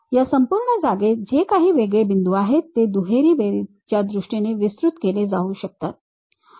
या संपूर्ण जागेत जे काही वेगळे बिंदू आहेत ते दुहेरी बेरीजच्या दृष्टीने विस्तृत केले जाऊ शकतात